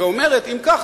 ואומרת: אם כך,